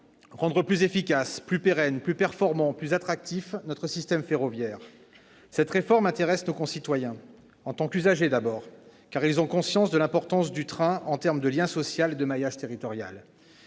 rendre plus efficace, plus pérenne, plus performant, plus attractif notre système ferroviaire. Cette réforme intéresse nos concitoyens en tant qu'usagers d'abord, car ils ont conscience de l'importance du train en termes de lien social et de maillage territorial,